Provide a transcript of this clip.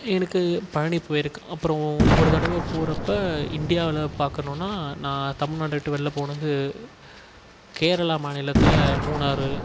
எனக்கு பழனி போயிருக்கேன் அப்புறம் ஒரு தடவை போகிறப்ப இந்தியாவில் பார்க்கணுன்னா நான் தமிழ்நாட்ட விட்டு வெளியில் போனது கேரளா மாநிலத்தில் மூணார்